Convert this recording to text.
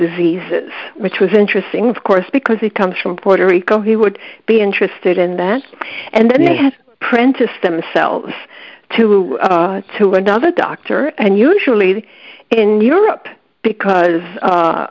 diseases which was interesting of course because he comes from puerto rico he would be interested in that and they had prentiss themselves to to another doctor and usually in europe because